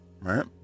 right